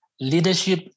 Leadership